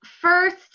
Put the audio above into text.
first